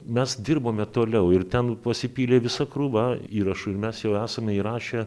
mes dirbome toliau ir ten pasipylė visa krūva įrašų ir mes jau esame įrašę